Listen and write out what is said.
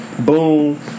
boom